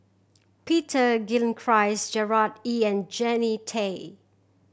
Peter Gilchrist Gerard Ee and Jannie Tay